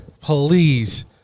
Please